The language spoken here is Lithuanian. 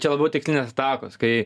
čia labiau tikslinės atakos kai